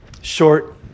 Short